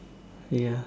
ya